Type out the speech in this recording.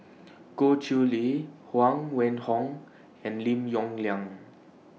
Goh Chiew Lye Huang Wenhong and Lim Yong Liang